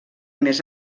més